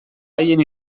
haien